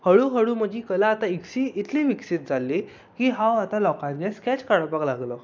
हळू हळू म्हजी कला आतां इतली विकसीत जाल्ली की हांव आतां लोकांचे स्कॅच काडपाक लागलों